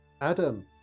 Adam